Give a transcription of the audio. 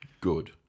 good